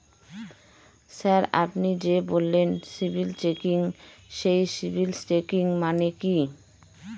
Sir আপনি যে বললেন সিবিল চেকিং সেই সিবিল চেকিং মানে কি?